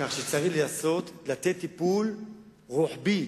כך שצריך לתת טיפול רוחבי